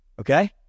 Okay